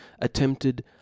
attempted